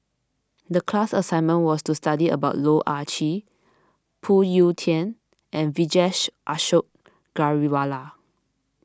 the class assignment was to study about Loh Ah Chee Phoon Yew Tien and Vijesh Ashok Ghariwala